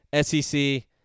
SEC